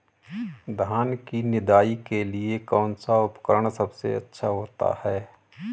धान की निदाई के लिए कौन सा उपकरण सबसे अच्छा होता है?